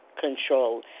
control